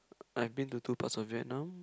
I been to two parts of Vietnam